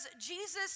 Jesus